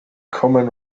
common